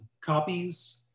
copies